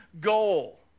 goal